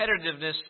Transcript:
competitiveness